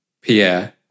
Pierre